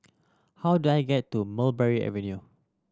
how do I get to Mulberry Avenue